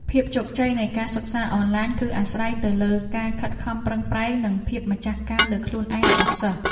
ភាពជោគជ័យនៃការសិក្សាអនឡាញ គឺអាស្រ័យទៅលើការខិតខំប្រឹងប្រែងនិងភាពម្ចាស់ការលើខ្លួនឯងរបស់សិស្ស។